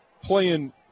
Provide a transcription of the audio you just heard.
playing